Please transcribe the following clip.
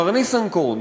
מר ניסנקורן,